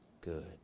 good